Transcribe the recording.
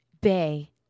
Bay